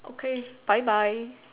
okay bye bye